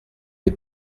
est